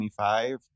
25